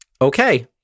Okay